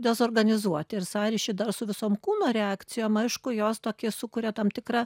dezorganizuoti ir sąryšy dar su visom kūno reakcijom aišku jos tokį sukuria tam tikrą